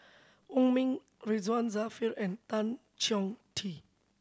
Wong Ming Ridzwan Dzafir and Tan Chong Tee